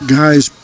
guys